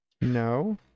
No